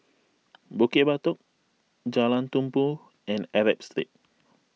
Bukit Batok Jalan Tumpu and Arab Street